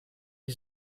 die